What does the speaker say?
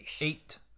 Eight